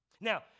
Now